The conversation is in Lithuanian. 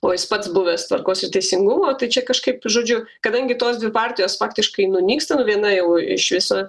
o jis pats buvęs tvarkos ir teisingumo tai čia kažkaip žodžiu kadangi tos dvi partijos faktiškai nunyksta viena jau iš viso